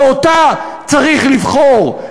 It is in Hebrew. ואותה צריך לבחור,